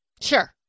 sure